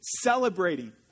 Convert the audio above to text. celebrating